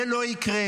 זה לא יקרה,